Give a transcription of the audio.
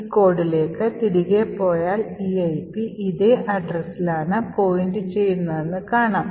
ഈ കോഡിലേക്ക് തിരികെ പോയാൽ eip ഇതേ addressൽ ആണ് point ചെയ്യുന്നതെന്ന് കാണാം